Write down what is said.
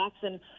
jackson